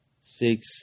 six